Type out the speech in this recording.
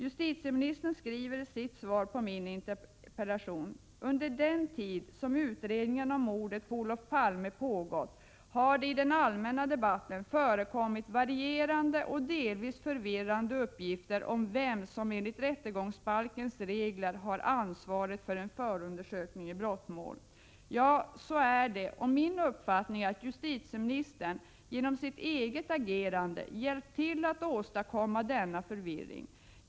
Justitieministern skriver i sitt svar på min interpellation: ”Under den tid som utredningen om mordet på Olof Palme pågått har det i den allmänna debatten förekommit varierande och delvis förvirrande uppgifter om vem som enligt rättegångsbalkens regler har ansvaret för en förundersökning i brottmål.” Ja, så är det. Min uppfattning är att justitieministern genom sitt agerande hjälpt till att åstadkomma denna förvirring.